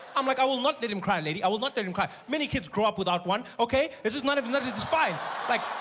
um like i will not let him cry lady, i will not let him cry many kids grow up without one, okay this is not, it's fine like,